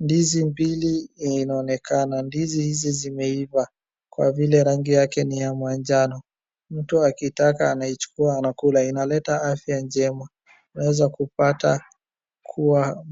Ndizi mbili inaonekana. Ndizi hizi zimeiva kwa vile rangi yake ni ya mwanjano. Mtu akitaka anaichukua anakula. Inaleta afya njema. Unaeza kupata kuwa